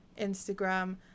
Instagram